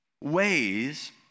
ways